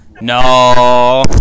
no